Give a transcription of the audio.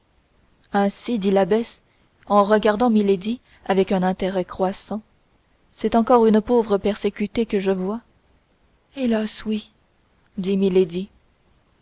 ainsi dit l'abbesse en regardant milady avec un intérêt croissant c'est encore une pauvre persécutée que je vois hélas oui dit